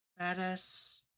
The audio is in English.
Badass